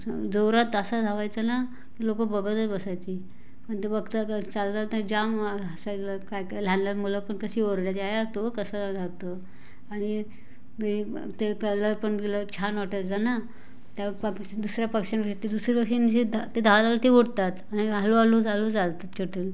जोरात असा धावायचा ना की लोकं बघतच बसायची आणि ते बघता का चालताना जाम हसायला काही काही लहान लहान मुलं पण कशी ओरडायची आई तो बघ कसा धावतो आणि ते कलर पण बिलर छान वाटायचा ना त्या प दुसऱ्या पक्ष्यांकडे ते दुसरे पक्षी आणि हे ते धावायला गेले की ते उडतात आणि हळूहळू चालू चालतात छोटे